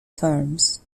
terms